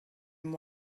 and